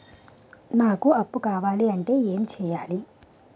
నాకు అప్పు కావాలి అంటే ఎం చేయాలి?